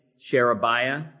Sherebiah